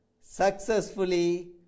successfully